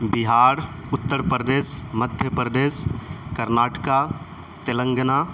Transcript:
Bihar Uttar Pradesh Madhya Pradesh Karnataka Telangana